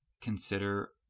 consider